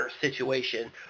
situation